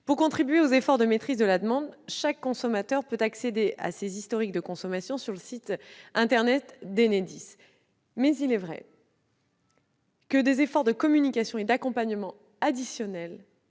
de participer aux efforts de maîtrise de la demande, chaque consommateur peut accéder à ses historiques de consommation sur le site internet d'Enedis. Il est vrai que des efforts de communication et d'accompagnement additionnels